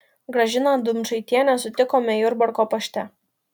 gražiną dumčaitienę sutikome jurbarko pašte